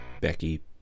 Becky